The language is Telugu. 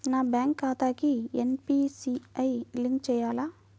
నా బ్యాంక్ ఖాతాకి ఎన్.పీ.సి.ఐ లింక్ చేయాలా?